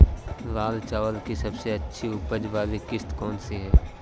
लाल चावल की सबसे अच्छी उपज वाली किश्त कौन सी है?